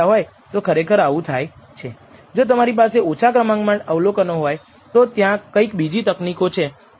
હવે જો તમને σ2 ના ખબર હોય તો તમે આ σ2 ને σ2 SSE બાય n 2 દ્વારા બદલી શકો છો